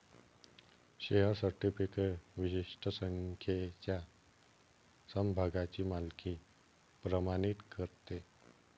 share certificate विशिष्ट संख्येच्या समभागांची मालकी प्रमाणित करते